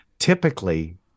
Typically